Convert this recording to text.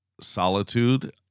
solitude